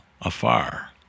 afar